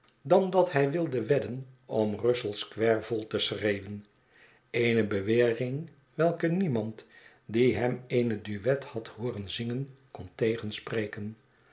dan dat hij wilde wedden om russell square volte schreeuwen eene bewering welke niemand die hem eene duet had hooren zingen kon tegenspreken